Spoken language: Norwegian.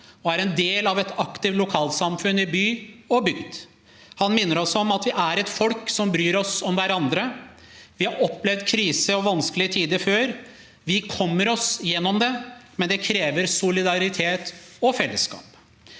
og er en del av et aktivt lokalsamfunn i by og bygd. Han minner oss om at vi er et folk som bryr oss om hverandre. Vi har opplevd krise og vanskelige tider før. Vi kommer oss gjennom det, men det krever solidaritet og fellesskap.